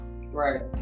Right